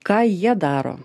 ką jie daro